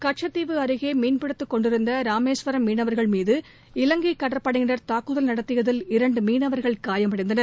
கச்சத்தீவு அருகேமீன்பிடித்துக் கொண்டிருந்தராமேஸ்வரம் மீனவர்கள் மீது இலங்கைகடற்படையினர் தாக்குதல் நடத்தியதில் இரண்டுமீனவர்கள் காயமடைந்தனர்